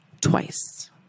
twice